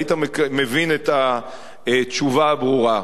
היית מבין את התשובה הברורה.